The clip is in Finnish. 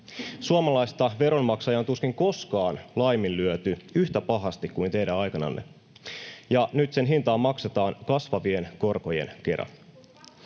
Suomalaista veronmaksajaa on tuskin koskaan laiminlyöty yhtä pahasti kuin teidän aikananne, ja nyt sen hintaa maksetaan kasvavien korkojen kera.